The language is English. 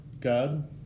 god